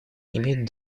имеют